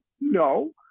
No